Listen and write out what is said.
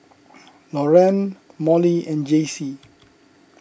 Loren Mollie and Jaycee